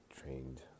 trained